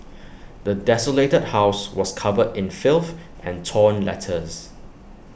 the desolated house was covered in filth and torn letters